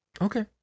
okay